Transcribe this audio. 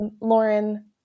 Lauren